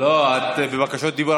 את בבקשות דיבור.